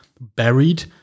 buried